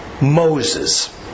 Moses